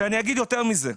ואני אגיד יותר מזה.